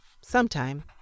sometime